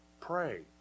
Pray